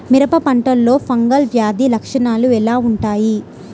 మిరప పంటలో ఫంగల్ వ్యాధి లక్షణాలు ఎలా వుంటాయి?